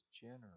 generous